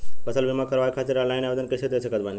फसल बीमा करवाए खातिर ऑनलाइन आवेदन कइसे दे सकत बानी?